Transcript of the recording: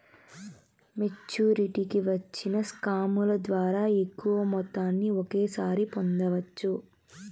మెచ్చురిటీకి వచ్చిన స్కాముల ద్వారా ఎక్కువ మొత్తాన్ని ఒకేసారి పొందవచ్చు